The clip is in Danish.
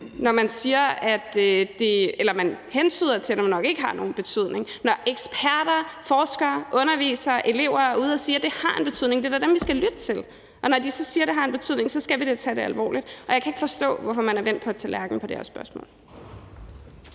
eller hentyder til, at det nok ikke har nogen betydning, og når eksperter, forskere, undervisere, elever er ude og sige, at det har en betydning. Det er da dem, vi skal lytte til, og når de så siger, at det har en betydning, skal vi da tage det alvorligt. Jeg kan ikke forstå, hvorfor man er vendt på en tallerken i det her spørgsmål.